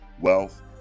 wealth